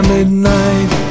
Midnight